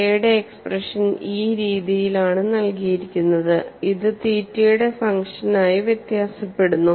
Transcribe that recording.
K യുടെ expression ഈ രീതിയിലാണ് നൽകിയിരിക്കുന്നത് ഇത് തീറ്റയുടെ ഫങ്ഷൻ ആയി വ്യത്യാസപ്പെടുന്നു